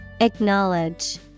Acknowledge